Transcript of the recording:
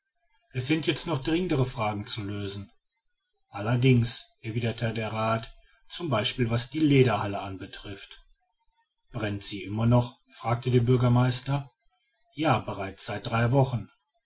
es sind jetzt noch dringendere fragen zu lösen allerdings erwiderte der rath z b was die lederhalle anbetrifft brennt sie immer noch fragte der bürgermeister ja bereits seit drei wochen